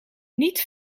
niet